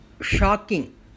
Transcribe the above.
shocking